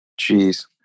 Jeez